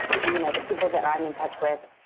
you know, the people that i'm in touch with.